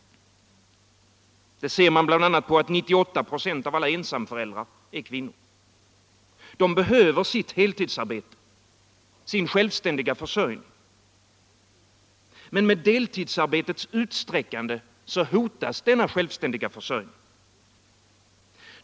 98 & av alla ensamföräldrar är kvinnor. De behöver sitt heltidsarbete, sin självständiga försörjning. Men med deltidsarbetets utsträckande hotas denna självständiga försörjning.